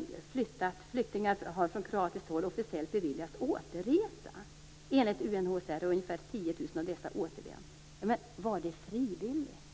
000 flyktingar har från kroatiskt håll officiellt beviljats återresa, enligt UNHCR. Ca 10 000 av dessa har återvänt. Men var det frivilligt?